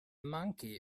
monkey